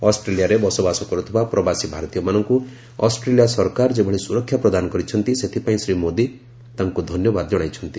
ଅଷ୍ଟ୍ରେଲିଆରେ ବସବାସ କରୁଥିବା ପ୍ରବାସୀ ଭାରତୀୟମାନଙ୍କୁ ଅଷ୍ଟ୍ରେଲିଆ ସରକାର ଯେଭଳି ସୁରକ୍ଷା ପ୍ରଦାନ କରିଛନ୍ତି ସେଥିପାଇଁ ଶ୍ରୀ ମୋଦୀ ତାଙ୍କୁ ଧନ୍ୟବାଦ ଜଣାଇଛନ୍ତି